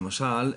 למשל,